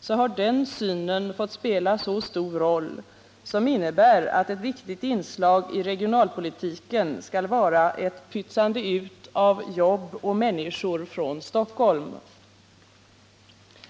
så har den synen fått spela så stor roll, som innebär att ett viktigt inslag i regionalpolitiken skall vara ett pytsande ut av jobb och människor från Stockholm.